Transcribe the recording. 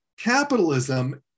Capitalism